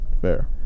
Fair